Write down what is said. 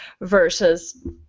versus